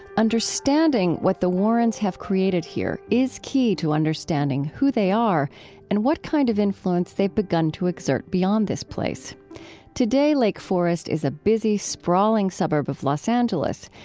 understanding what the warrens have created here is key to understanding who they are and what kind of influence they've begun to exert beyond this place today, lake forest is a busy, sprawling suburb of los angeles.